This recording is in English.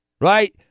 right